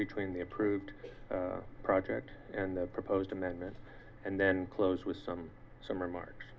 between the approved project and the proposed amendment and then close with some some remarks